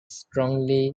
strongly